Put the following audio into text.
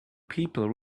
people